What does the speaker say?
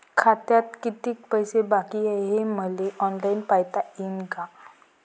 खात्यात कितीक पैसे बाकी हाय हे मले ऑनलाईन पायता येईन का?